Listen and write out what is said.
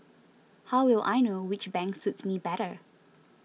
how will I know which bank suits me better